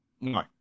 No